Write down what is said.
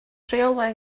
rheolau